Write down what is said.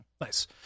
Nice